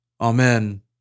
Amen